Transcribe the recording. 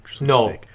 no